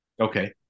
Okay